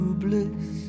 bliss